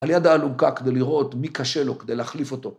על יד העלוקה כדי לראות מי קשה לו כדי להחליף אותו.